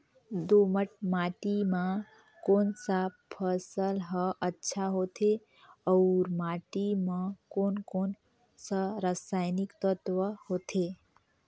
दोमट माटी मां कोन सा फसल ह अच्छा होथे अउर माटी म कोन कोन स हानिकारक तत्व होथे?